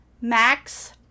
max